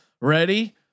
ready